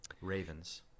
Ravens